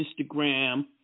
Instagram